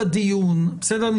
כן, אבל הוא כבר יכול להיות בדרך.